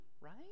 right